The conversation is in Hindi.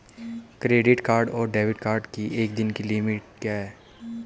क्रेडिट कार्ड और डेबिट कार्ड की एक दिन की लिमिट क्या है?